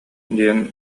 диэн